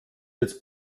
jetzt